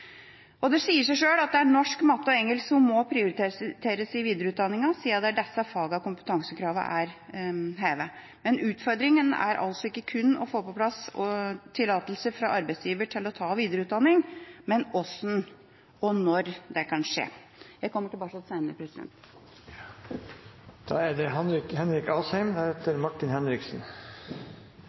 som må prioriteres i videreutdanningen, siden det er i disse fagene kompetansekravene er hevet. Men utfordringen er altså ikke kun å få på plass tillatelse fra arbeidsgiver til å ta videreutdanning, men også hvordan og når det kan skje. Jeg kommer tilbake senere i debatten. Ja, nå har jeg blitt minnet på gang på gang at alle i denne salen er for kompetansekravene til lærere. Det